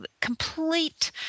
complete